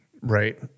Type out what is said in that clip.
Right